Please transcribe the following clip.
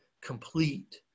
complete